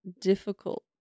difficult